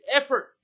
effort